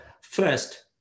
first